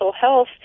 health